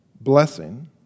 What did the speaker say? Blessing